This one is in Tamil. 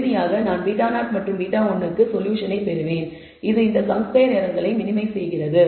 இறுதியாக நான் β0 மற்றும் β1 க்கான சொல்யூஷன் பெறுவேன் இது இந்த சம் ஸ்கொயர் எர்ரரை மினிமைஸ் செய்கிறது